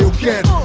can